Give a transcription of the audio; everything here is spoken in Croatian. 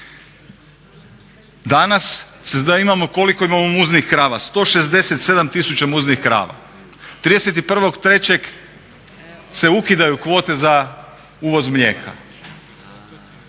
razumije./… koliko imamo muznih krava? 167 tisuća muznih krava. 31.3. se ukidaju kvote za uvoz mlijeka.